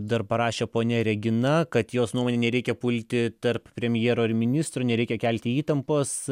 dar parašė ponia regina kad jos nuomone nereikia pulti tarp premjero ir ministrų nereikia kelti įtampos